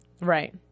Right